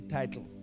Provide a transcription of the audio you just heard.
title